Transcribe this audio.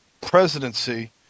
presidency